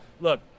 look